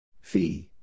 Fee